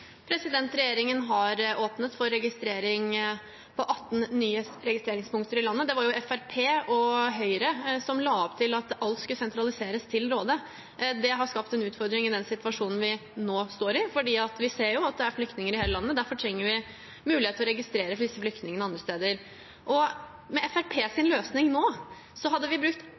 politikamrene. Regjeringen har åpnet for registrering på 18 nye registreringspunkter i landet. Det var Fremskrittspartiet og Høyre som la opp til at alt skulle sentraliseres til Råde. Det har skapt en utfordring i den situasjonen vi nå står i, for vi ser jo at det er flyktninger i hele landet. Derfor trenger vi mulighet til å registrere disse flyktningene andre steder. Med Fremskrittspartiets løsning nå hadde vi brukt